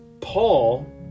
Paul